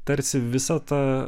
tarsi visa ta